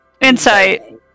Insight